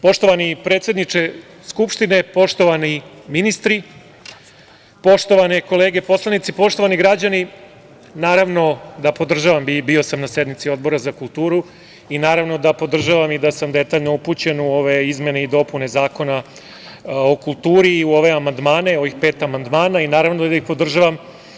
Poštovani predsedniče Skupštine, poštovani ministri, poštovane kolege poslanici, poštovani građani, naravno da podržavam, bio sam na sednici Odbora za kulturu, i da sam detaljno upućen u ove izmene i dopune Zakona o kulturi i u ovih pet amandmana i, naravno, da ih podržavam.